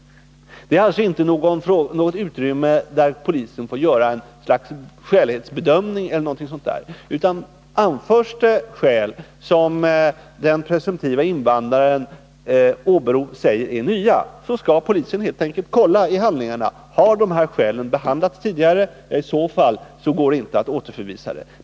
Det finns alltså inte något utrymme för polisen att göra något slags skälighetsbedömning e. d. Om de skäl som den presumtive invandraren åberopar är nya, skall polisen helt enkelt kolla i handlingarna: Har de här skälen behandlats tidigare? I så fall går det inte att återförvisa ärendet.